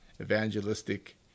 evangelistic